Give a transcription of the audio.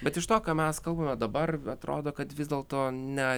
bet iš to ką mes kalbame dabar atrodo kad vis dėlto ne